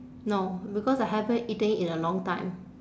no because I haven't eaten it in a long time